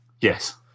Yes